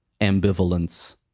ambivalence